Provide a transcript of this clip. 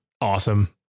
awesome